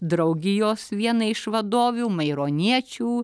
draugijos vienai iš vadovių maironiečių